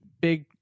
big